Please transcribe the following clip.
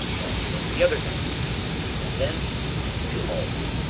as on the other night and then to home.